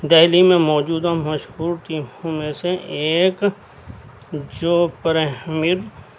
دہلی میں موجودہ مشہور ٹیموں میں سے ایک جو پرائمری